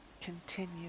continue